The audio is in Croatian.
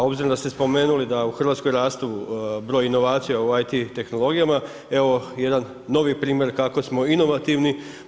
A obzirom da ste spomenuli da u Hrvatskoj rastu broj inovacija u IT tehnologijama, evo jedan novi primjer kako smo inovativni.